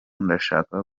ndashaka